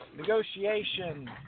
negotiation